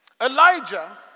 Elijah